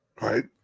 Right